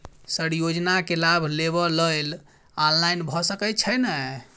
Sir योजना केँ लाभ लेबऽ लेल ऑनलाइन भऽ सकै छै नै?